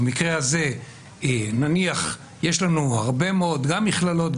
במקרה הזה נניח יש לנו הרבה מאוד גם מכללות,